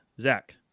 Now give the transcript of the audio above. Zach